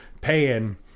paying